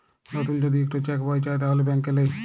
লতুল যদি ইকট চ্যাক বই চায় তাহলে ব্যাংকে লেই